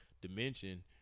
dimension